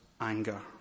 anger